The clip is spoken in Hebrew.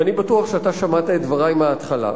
ואני בטוח שאתה שמעת את דברי מההתחלה,